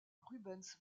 rubens